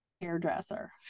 hairdresser